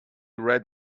read